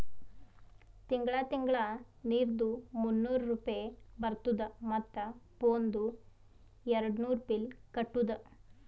ತಿಂಗಳ ತಿಂಗಳಾ ನೀರ್ದು ಮೂನ್ನೂರ್ ರೂಪೆ ಬರ್ತುದ ಮತ್ತ ಫೋನ್ದು ಏರ್ಡ್ನೂರ್ ಬಿಲ್ ಕಟ್ಟುದ